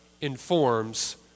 informs